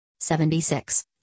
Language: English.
76